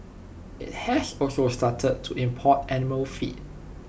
IT has also started to import animal feed